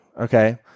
okay